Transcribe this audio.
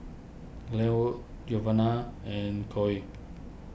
Glenwood Giovana and Coen